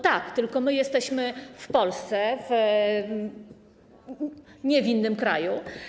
Tak, tylko że my jesteśmy w Polsce, nie w innym kraju.